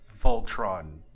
Voltron